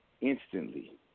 Instantly